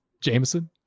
Jameson